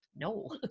no